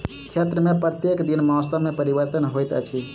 क्षेत्र में प्रत्येक दिन मौसम में परिवर्तन होइत अछि